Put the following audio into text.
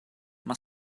mae